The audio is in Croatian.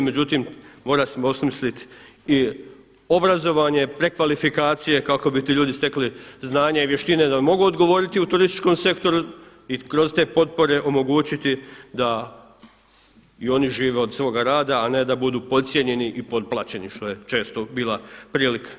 Međutim, mora se osmislit i obrazovanje, prekvalifikacije kako bi ti ljudi stekli znanja i vještine da mogu odgovoriti u turističkom sektoru i kroz te potpore omogućiti da i oni žive od svoga rada, a ne da budu podcijenjeni i potplaćeni što je često bila prilika.